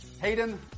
Hayden